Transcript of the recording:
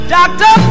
Doctor